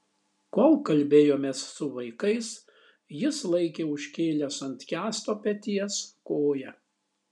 kol kalbėjomės su vaikais jis laikė užkėlęs ant kęsto peties koją